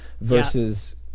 versus